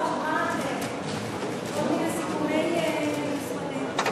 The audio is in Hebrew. פה אני שומעת כל מיני סיכומי משרדים.